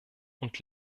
und